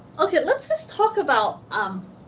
okay. let's just talk about um